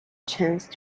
chance